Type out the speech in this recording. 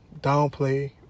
downplay